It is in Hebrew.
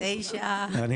9. אני